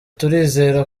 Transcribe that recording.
turizera